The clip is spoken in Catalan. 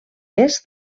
est